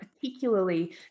particularly